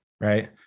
right